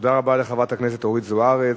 תודה רבה לחברת הכנסת אורית זוארץ.